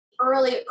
early